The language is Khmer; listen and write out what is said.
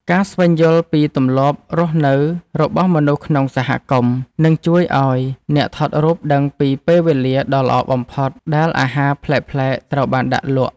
ការស្វែងយល់ពីទម្លាប់រស់នៅរបស់ មនុស្សក្នុងសហគមន៍ នឹងជួយឱ្យអ្នកថតរូបដឹងពីពេលវេលាដ៏ល្អបំផុតដែលអាហារប្លែកៗត្រូវបានដាក់លក់។